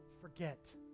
forget